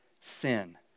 sin